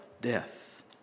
death